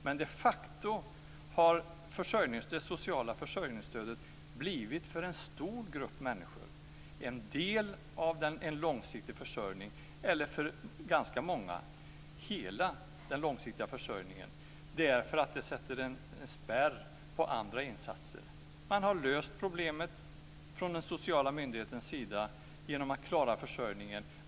Men det sociala försörjningsstödet har de facto för en stor grupp människor blivit en del av en långsiktig försörjning, eller för ganska många hela den långsiktiga försörjningen, därför att det sätter en spärr på andra insatser. Man har löst problemet från den sociala myndighetens sida genom att klara försörjningen.